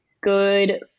good